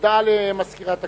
הודעה למזכירת הכנסת.